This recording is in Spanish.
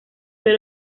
que